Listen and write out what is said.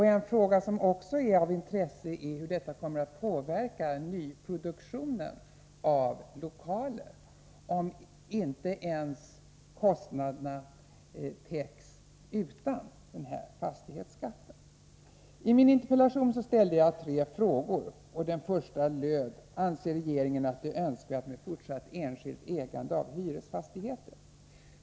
Av intresse är också frågan hur det kommer att påverka nyproduktionen av lokaler om inte kostnaderna täcks ens utan en sådan fastighetsskatt. I min interpellation ställde jag tre frågor. Den första löd: Anser regeringen att det är önskvärt med fortsatt enskilt ägande av hyresfastigheter?